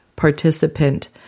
participant